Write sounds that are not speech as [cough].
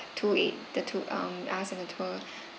tour eh the tour um us and the tour [breath]